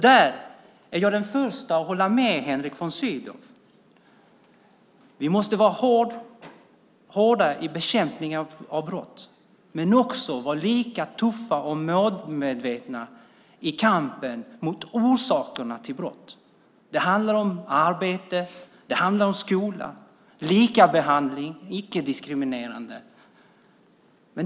Där är jag den första att hålla med Henrik von Sydow om att vi måste vara hårdare i bekämpningen av brott men också vara lika tuffa och målmedvetna i kampen mot orsakerna till brott. Det handlar om arbete, skola, likabehandling, icke-diskriminering.